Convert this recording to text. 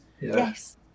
yes